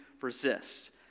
resists